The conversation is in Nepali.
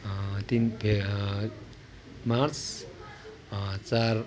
तिन मे मार्च चार